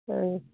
ਹਾਂਜੀ